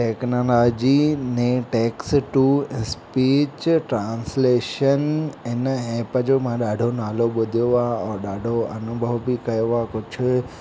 technology ने text to speech translation हिन app जो मां ॾाढो नालो ॿुधयो आहे ऐं ॾाढो अनुभवु बि कयो आहे कुझु